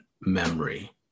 memory